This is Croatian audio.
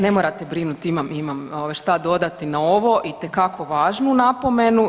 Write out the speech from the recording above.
Ne morate brinuti, imam, imam šta dodati na ovo, itekako važnu napomenu.